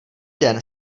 den